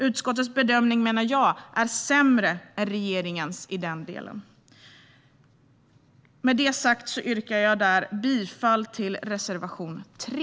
Utskottets bedömning är, menar jag, sämre än regeringens i den delen. Med detta sagt yrkar jag bifall till reservation 3.